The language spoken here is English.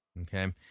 okay